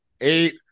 Eight